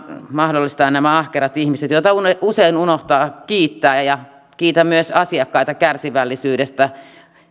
mahdollistavat nämä ahkerat ihmiset joita usein unohtaa kiittää kiitän myös asiakkaita kärsivällisyydestä